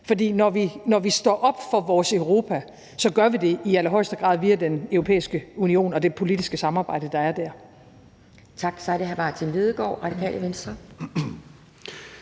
For når vi står op for vores Europa, gør vi det i allerhøjeste grad via Den Europæiske Union og det politiske samarbejde, der er der.